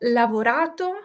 lavorato